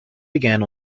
began